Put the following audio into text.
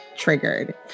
triggered